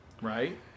Right